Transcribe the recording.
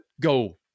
go